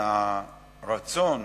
שהרצון